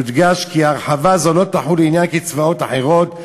יודגש כי הרחבה זו לא תחול לעניין קצבאות אחרות.